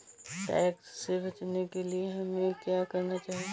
Tax से बचने के लिए हमें क्या करना चाहिए?